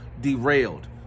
derailed